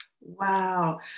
wow